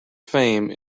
fame